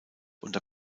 unter